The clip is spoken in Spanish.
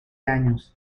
años